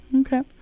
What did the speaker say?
Okay